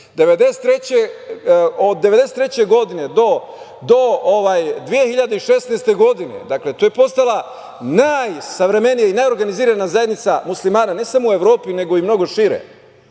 od 1993. do 2016. godine to je postala najsavremenija i najorganizovanija zajednica muslimana, ne samo u Evropi, nego i mnogo šire.